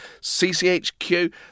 CCHQ